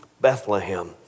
Bethlehem